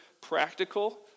practical